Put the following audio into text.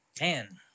man